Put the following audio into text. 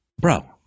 bro